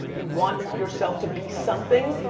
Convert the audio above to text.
you want yourself to be something.